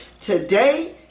Today